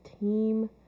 team